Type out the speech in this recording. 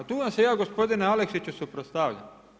Tu vam se ja gospodine Aleksiću suprotstavljam.